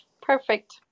perfect